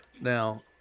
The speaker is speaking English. Now